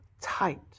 tight